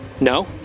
No